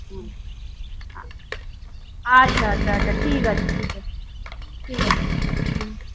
হ্যাঁ আচ্ছা আচ্ছা আচ্ছা ঠিক আছে ঠিক আছে ঠিক আছে হুম